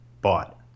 bought